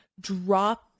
Drop